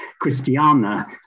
Christiana